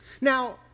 Now